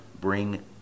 bring